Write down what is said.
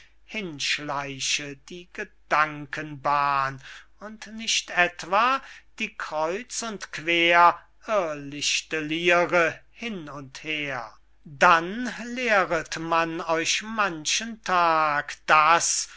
hinschleiche die gedankenbahn und nicht etwa die kreuz und quer irlichtelire hin und her dann lehret man euch manchen tag daß